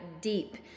deep